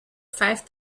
five